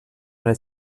les